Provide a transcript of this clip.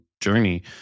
journey